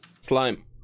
Slime